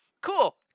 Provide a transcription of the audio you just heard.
cool